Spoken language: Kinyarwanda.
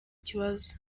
kibazo